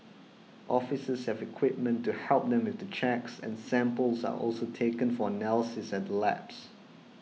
officers have equipment to help them with the checks and samples are also taken for analysis at the labs